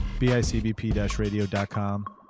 BICBP-radio.com